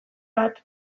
bat